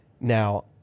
Now